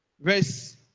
Verse